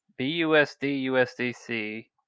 BUSD/USDC